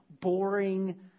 boring